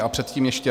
A předtím ještě...